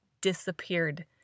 disappeared